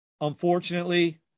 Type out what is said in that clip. Unfortunately